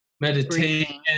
meditation